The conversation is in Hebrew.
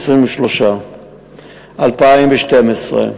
23. ב-2012,